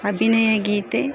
ಅಭಿನಯ ಗೀತೆ